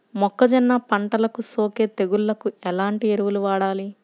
మొక్కజొన్న పంటలకు సోకే తెగుళ్లకు ఎలాంటి ఎరువులు వాడాలి?